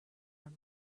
are